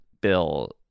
bill